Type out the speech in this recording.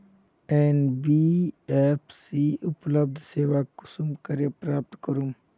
NBFC उपलब्ध सेवा कुंसम करे प्राप्त करूम?